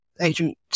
agent